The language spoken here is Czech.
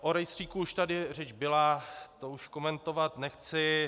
O rejstříku už tady řeč byla, to už komentovat nechci.